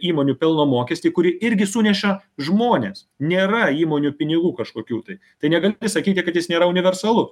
įmonių pelno mokestį kurį irgi suneša žmonės nėra įmonių pinigų kažkokių tai tai negali sakyti kad jis nėra universalus